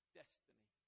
destiny